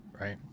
right